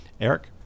Eric